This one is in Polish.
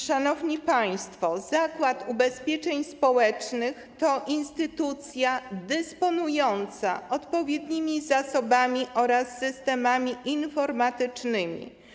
Szanowni państwo, Zakład Ubezpieczeń Społecznych to instytucja dysponująca odpowiednimi zasobami oraz systemami informatycznymi.